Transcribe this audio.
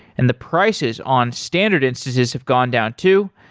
and the prices on standard instances have gone down too.